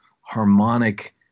harmonic